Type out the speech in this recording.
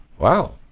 Wow